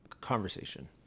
conversation